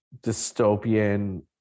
dystopian